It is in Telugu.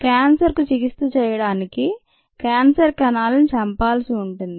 క్యాన్సర్ కు చికిత్స చేయడానికి క్యాన్సర్ కణాలను చంపాల్సి ఉంటుంది